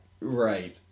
Right